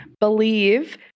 believe